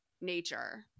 nature